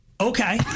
Okay